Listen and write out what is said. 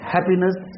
happiness